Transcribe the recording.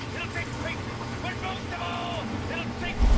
it'll take patience but most of all it'll take,